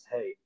Hey